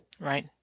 Right